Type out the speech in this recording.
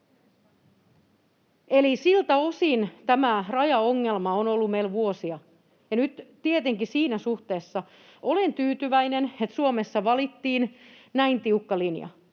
siltä osin tämä rajaongelma on ollut meillä vuosia, ja nyt tietenkin siinä suhteessa olen tyytyväinen, että Suomessa valittiin näin tiukka linja.